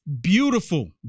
beautiful